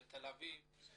בתל אביב,